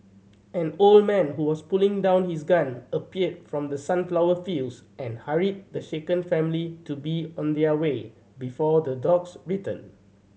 an old man who was putting down his gun appeared from the sunflower fields and hurried the shaken family to be on their way before the dogs return